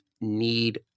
need